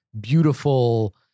beautiful